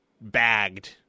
bagged